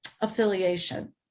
affiliation